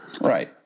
Right